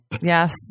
Yes